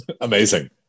Amazing